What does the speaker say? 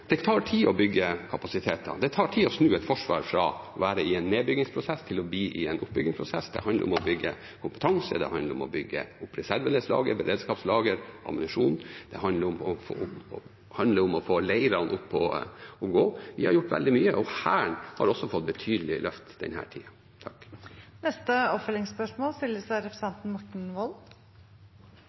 Det tar tid å bygge kapasiteter, det tar tid å snu et forsvar fra å være i en nedbyggingsprosess til å bli i en oppbyggingsprosess. Det handler om å bygge kompetanse, det handler om å bygge opp reservedelslager, beredskapslager, ammunisjon, og det handler om å få leirene opp å gå. Vi har gjort veldig mye, og Hæren har også fått betydelige løft i denne tiden. Morten Wold – til oppfølgingsspørsmål.